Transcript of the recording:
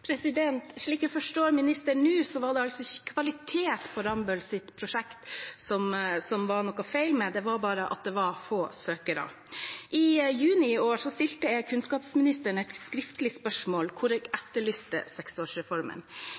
Slik jeg forstår ministeren nå, var det ikke kvaliteten på Rambølls prosjekt som det var noe feil med, det var bare at det var få søkere. I juni i år stilte jeg kunnskapsministeren et skriftlig spørsmål hvor jeg